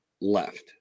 left